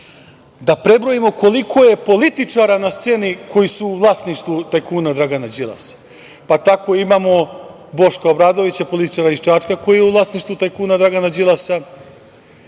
da prebrojimo koliko je političara na sceni koji su u vlasništvu tajkuna Dragana Đilasa. Tako imamo Boška Obradovića, političara iz Čačka koji je u vlasništvu tajkuna Dragana Đilasa.